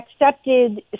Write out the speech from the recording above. accepted